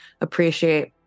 appreciate